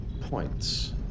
points